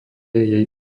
jej